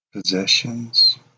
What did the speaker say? Possessions